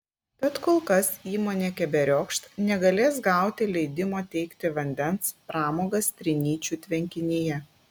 tad kol kas įmonė keberiokšt negalės gauti leidimo teikti vandens pramogas trinyčių tvenkinyje